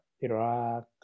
Iraq